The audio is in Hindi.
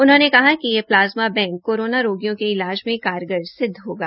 उन्होंने कहा कि यह प्लाज्मा बैंक कोरोना रोगियों के इलाज मे कारगर सिद्द होगा